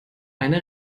eine